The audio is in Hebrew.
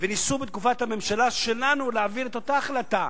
וניסו בתקופת הממשלה שלנו להעביר את אותה החלטה,